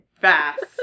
fast